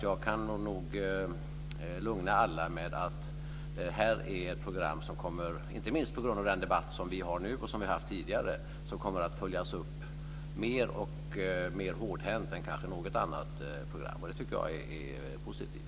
Jag kan nog lugna alla med att detta är ett program som - inte minst på grund av den debatt som vi har nu och som vi har haft tidigare - kommer att följas upp mer hårdhänt än kanske något annat program. Och det tycker jag är positivt.